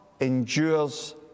endures